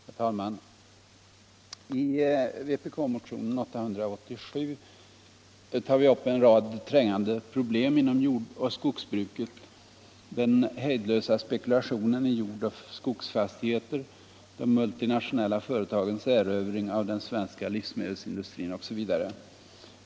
Herr talman! I vpk-motionen 887 tar vi upp en rad trängande problen inom jordoch skogsbruket: den hejdlösa spekulationen i jordoch skogsbruksfastigheter, de multinationella företagens erövring av den svenska livsmedelsindustrin osv.